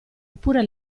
oppure